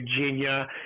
Virginia